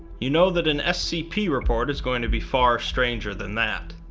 you know that an scp report is going to be far stranger than that.